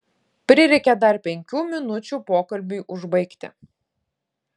prireikė dar penkių minučių pokalbiui užbaigti